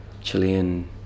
Chilean